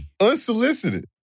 Unsolicited